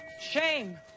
Shame